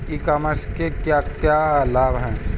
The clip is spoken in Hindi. ई कॉमर्स के क्या क्या लाभ हैं?